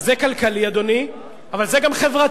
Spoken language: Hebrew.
זה כלכלי, אדוני, אבל זה גם חברתי.